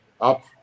up